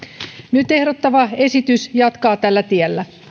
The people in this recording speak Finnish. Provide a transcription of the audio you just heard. nyt ehdotettava esitys jatkaa tällä tiellä